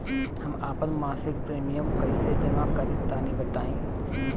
हम आपन मसिक प्रिमियम कइसे जमा करि तनि बताईं?